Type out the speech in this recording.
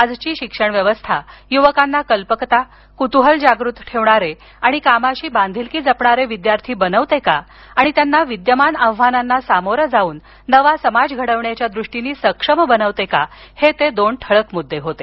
आजची शिक्षण व्यवस्था युवकांना कल्पकता कुतूहल जागृत ठेवणारे आणि कामाशी बांधिलकी जपणारे विद्यार्थी बनवते का आणि त्यांना विद्यमान आव्हानांना सामोरे जाऊन नवा समाज घडविण्याच्या दृष्टीनं सक्षम बनवते का हे ते दोन ठळक मुद्दे होते